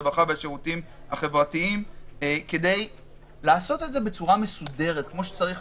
הרווחה והשירותים החברתיים כדי לעשות את זה בצורה מסודרת וכפי שצריך.